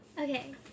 okay